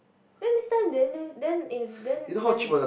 then this time then then in the f~ then when we